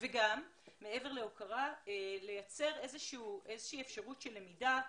וגם מעבר להוקרה לייצר איזה שהיא אפשרות של למידה,